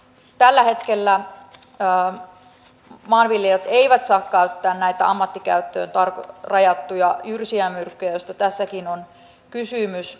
tällä hetkellä maanviljelijät eivät saa käyttää näitä ammattikäyttöön rajattuja jyrsijämyrkkyjä joista tässäkin on kysymys